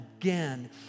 again